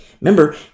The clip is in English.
remember